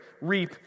reap